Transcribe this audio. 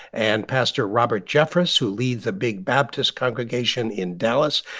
and pastor robert jeffress, who leads a big baptist congregation in dallas.